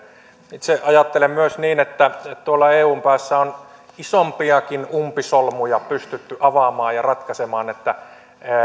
itse ajattelen myös niin että tuolla eun päässä on isompiakin umpisolmuja pystytty avaamaan ja ratkaisemaan